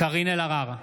קארין אלהרר,